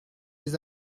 les